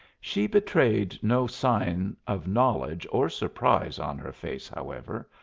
she betrayed no sign of knowledge or surprise on her face, however,